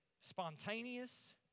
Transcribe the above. spontaneous